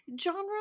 genre